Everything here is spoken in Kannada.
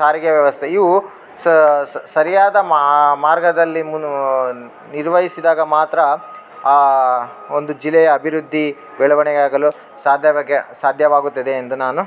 ಸಾರಿಗೆ ವ್ಯವಸ್ಥೆ ಇವು ಸರಿಯಾದ ಮಾರ್ಗದಲ್ಲಿ ಮುನೋ ನಿರ್ವಹಿಸಿದಾಗ ಮಾತ್ರ ಒಂದು ಜಿಲ್ಲೆಯ ಅಭಿವೃದ್ದಿ ಬೆಳವಣಿಗೆ ಆಗಲು ಸಾಧ್ಯವಾಗಿ ಸಾಧ್ಯವಾಗುತ್ತದೆ ಎಂದು ನಾನು